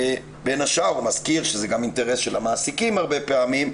הוא מזכיר שזה גם אינטרס של המעסיקים הרבה פעמים,